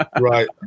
Right